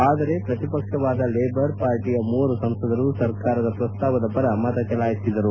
ಆದರೆ ಪ್ರತಿಪಕ್ಷವಾದ ಲೇಬರ್ ಪಾರ್ಟಿಯ ಮೂವರು ಸಂಸದರು ಸರ್ಕಾರದ ಪ್ರಸ್ತಾವದ ಪರ ಮತ ಚಲಾಯಿಸಿದರು